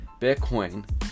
Bitcoin